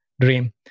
dream